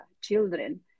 children